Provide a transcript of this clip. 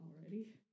already